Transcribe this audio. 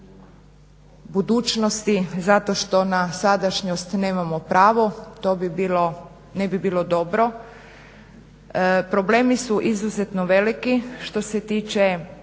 budućnosti zato što na sadašnjost nemamo pravo. To ne bi bilo dobro. Problemi su izuzetno veliki što se tiče